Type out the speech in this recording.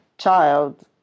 child